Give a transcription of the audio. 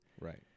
Right